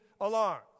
alarm